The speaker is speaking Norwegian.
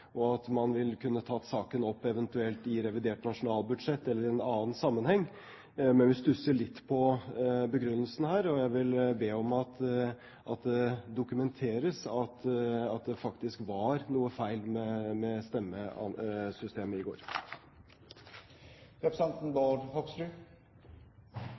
og at man ville kunnet ta saken opp eventuelt i revidert nasjonalbudsjett eller i en annen sammenheng. Men vi stusser litt på begrunnelsen her, og jeg vil be om at det dokumenteres at det faktisk var noe feil med stemmesystemet i går. Jeg er også enig i